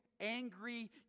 angry